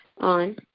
on